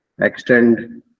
extend